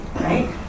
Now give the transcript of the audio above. right